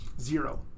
Zero